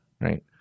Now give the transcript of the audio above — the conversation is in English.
right